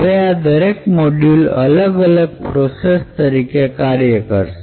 હવે આ દરેક મોડ્યુલ અલગ અલગ પ્રોસેસ તરીકે કાર્ય કરશે